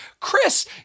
Chris